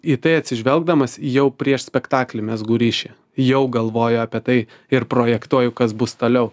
į tai atsižvelgdamas jau prieš spektaklį mezgu ryšį jau galvoju apie tai ir projektuoju kas bus toliau